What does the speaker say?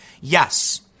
yes